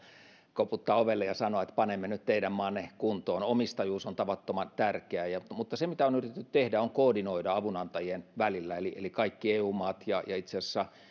koputtaa ovelle ja sanoa että panemme nyt teidän maanne kuntoon omistajuus on tavattoman tärkeää mutta se mitä on yritetty tehdä on koordinoida avunantajien välillä eli eli kaikki eu maat ja itse asiassa